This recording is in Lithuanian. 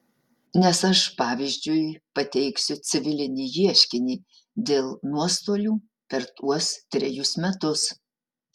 nes aš pavyzdžiui pateiksiu civilinį ieškinį dėl nuostolių per tuos trejus metus